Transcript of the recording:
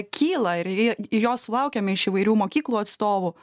kyla ir ji jos sulaukiame iš įvairių mokyklų atstovų